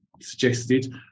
suggested